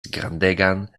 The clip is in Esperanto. grandegan